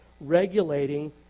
regulating